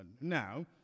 Now